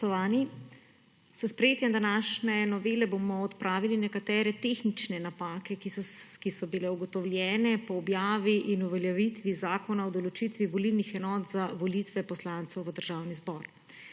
S sprejetjem današnje novele bomo odpravili nekatere tehnične napake, ki so bile ugotovljene po objavi in uveljavitvi zakona o določitvi volilnih enot za volitve poslancev v Državni zbor.